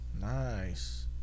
Nice